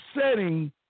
setting